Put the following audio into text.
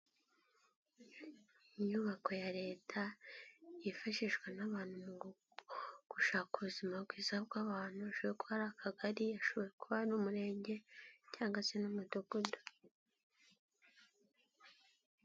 Inyubako ya Leta ifashishwa n'abantu mu gushaka ubuzima bwiza bw'abantu, hashobora kuba ari akagari, hashubora kuba ari umurenge cyangwa se n'umudugudu.